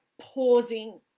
pausing